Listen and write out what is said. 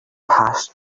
passed